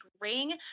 ring